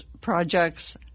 projects